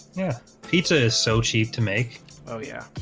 yeah pizza is so cheap to make oh, yeah